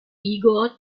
igor